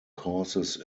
causes